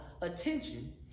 attention